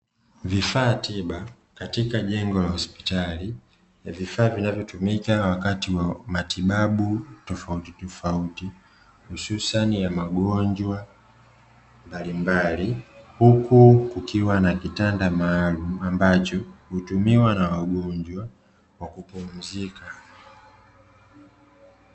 vifaa tiba katika jengo la hospitali ya vifaa vinavyotumika wakati wa matibabu tofautitofauti, hususani ya magonjwa mbalimbali huku kukiwa na kitanda maalumu ambacho hutumiwa na wagonjwa kwa kupumzika.